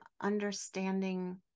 understanding